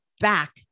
back